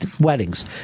weddings